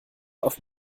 auf